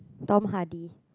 Tom-Hardy